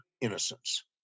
innocence